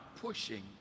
pushing